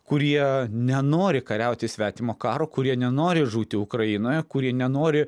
kurie nenori kariauti svetimo karo kurie nenori žūti ukrainoje kurie nenori